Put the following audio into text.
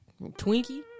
Twinkie